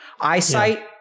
Eyesight